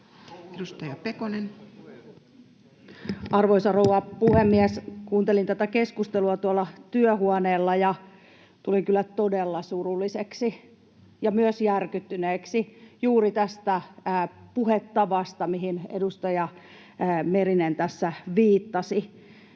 15:06 Content: Arvoisa rouva puhemies! Kuuntelin tätä keskustelua tuolla työhuoneella, ja tulin kyllä todella surulliseksi ja myös järkyttyneeksi juuri tästä puhetavasta, mihin edustaja Merinen tässä viittasi.